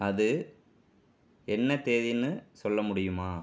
அது என்ன தேதின்னு சொல்ல முடியுமா